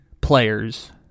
players